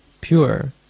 pure